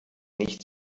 nicht